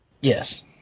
Yes